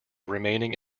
remaining